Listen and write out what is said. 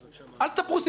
אל תספרו סיפורים.